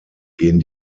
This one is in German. gehen